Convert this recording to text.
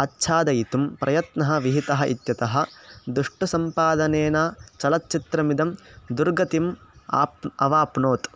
आच्छादयितुं प्रयत्नः विहितः इत्यतः दुष्टुसम्पादनेन चलच्चित्रमिदं दुर्गतिम् आप अवाप्नोत्